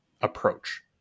approach